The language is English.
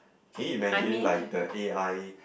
can you imagine like the A_I